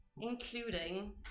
including